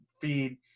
feed